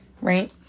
right